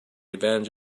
advantage